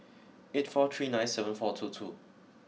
eight four three nine seven four two two